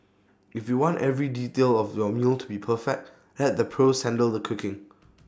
if you want every detail of your meal to be perfect let the pros handle the cooking